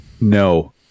No